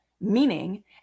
meaning